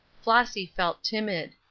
flossy felt timid.